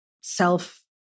self